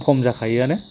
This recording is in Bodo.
खम जाखायोआनो